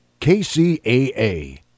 KCAA